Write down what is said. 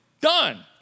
done